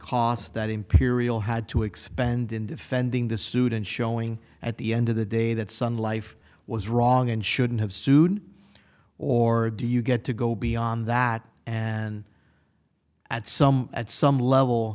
costs that imperial had to expend in defending the suit and showing at the end of the day that sun life was wrong and shouldn't have sued or do you get to go beyond that and at some at some level